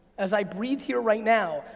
as i breathe here right now,